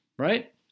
right